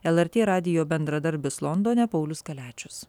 lrt radijo bendradarbis londone paulius kaliačius